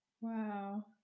Wow